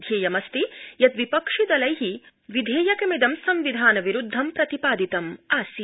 ध्येयमस्तिं यत् विपक्षिदलै विधेयकमिदं संविधान विरूद्ध प्रतिपादितम् आसीत्